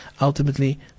ultimately